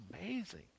amazing